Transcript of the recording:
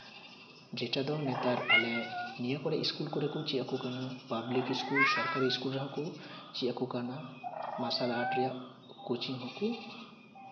ᱡᱮᱴᱟ ᱫᱚ ᱱᱛᱟᱨ ᱟᱞᱮ ᱱᱤᱭᱟᱹ ᱠᱚᱨᱮᱜ ᱤᱥᱠᱩᱞ ᱠᱚᱨᱮᱜ ᱞᱮ ᱪᱮᱫ ᱟᱠᱚ ᱠᱟᱱᱟ ᱯᱟᱵᱽᱠᱤᱠ ᱤᱥᱠᱩᱞ ᱥᱚᱨᱠᱟᱨᱤ ᱤᱥᱠᱩᱞ ᱨᱮᱦᱚᱸ ᱠᱚ ᱪᱮᱫ ᱟᱠᱚ ᱠᱟᱱᱟ ᱢᱟᱨᱥᱟᱞ ᱟᱨᱴ ᱨᱮᱭᱟᱜ ᱠᱳᱪᱤᱝ ᱦᱚᱸ ᱠᱚ